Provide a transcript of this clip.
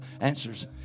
answers